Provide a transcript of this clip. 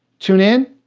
tune in.